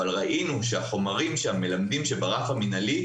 אבל ראינו שהמלמדים שברף המינהלי,